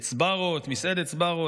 את סבארו, את מסעדת סבארו?